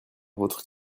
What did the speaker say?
votre